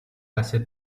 passer